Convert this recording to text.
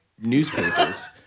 newspapers